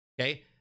Okay